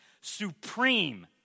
Supreme